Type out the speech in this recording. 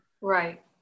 Right